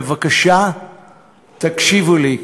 בבקשה תקשיבו לי.